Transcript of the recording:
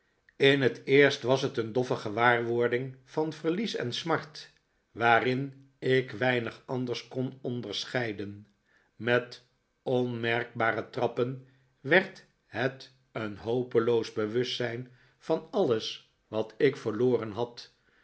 in het eerst was het een doffe gewaarwording van verlies en smart waarin ik weinig anders kon onderscheiden met onmerkbare trappen werd het een hopeloos bewustzijn van alles wat ik verloren had